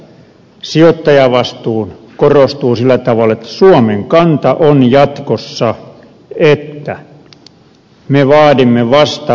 nyt tässä sijoittajavastuu korostuu sillä tavalla että suomen kanta on jatkossa että me vaadimme vastavakuuden